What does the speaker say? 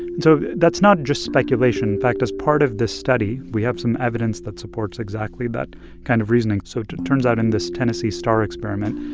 and so that's not just speculation. in fact, as part of this study, we have some evidence that supports exactly that kind of reasoning so it turns out in this tennessee star experiment,